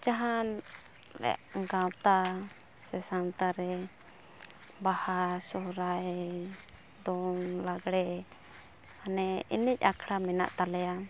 ᱡᱟᱦᱟᱱ ᱜᱟᱶᱛᱟ ᱥᱮ ᱥᱟᱶᱛᱟᱨᱮ ᱵᱟᱦᱟ ᱥᱚᱨᱦᱟᱭ ᱫᱚᱝ ᱞᱟᱜᱽᱲᱮ ᱢᱟᱱᱮ ᱮᱱᱮᱡ ᱟᱠᱷᱲᱟ ᱢᱮᱱᱟᱜ ᱛᱟᱞᱮᱭᱟ